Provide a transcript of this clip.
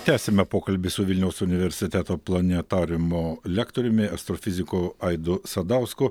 tęsiame pokalbį su vilniaus universiteto planetariumo lektoriumi astrofiziku aidu sadausku